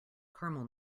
caramel